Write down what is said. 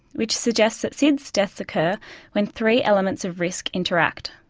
which suggests that sids deaths occur when three elements of risk interact.